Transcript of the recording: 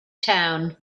town